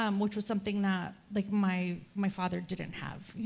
um which was something that, like, my my father didn't have.